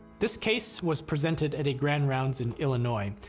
this case was presented at a grand rounds in illinois.